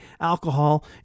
alcohol